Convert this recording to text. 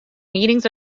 meetings